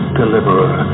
deliverer